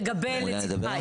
לגבי "לצידך",